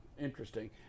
Interesting